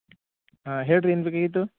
ಹಾಂ ಹೇಳ್ರಿ ಏನು ಬೇಕಾಗಿತ್ತು